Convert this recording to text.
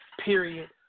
period